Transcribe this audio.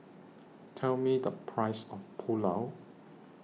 Tell Me The Price of Pulao